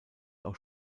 auf